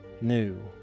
new